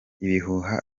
ibihuha